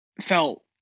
felt